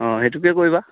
অঁ সেইটোকে কৰিবা